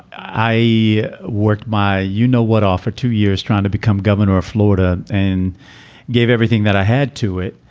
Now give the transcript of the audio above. i worked my you know what, after two years trying to become governor of florida and gave everything that i had to it,